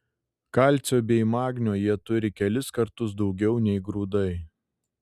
kalcio bei magnio jie turi kelis kartus daugiau nei grūdai